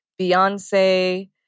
Beyonce